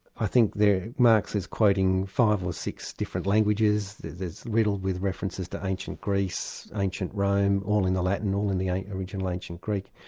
i think there marx is quoting five or six different languages, it's riddled with references to ancient greece, ancient rome, all in the latin, all in the original ancient greek,